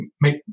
make